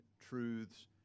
truths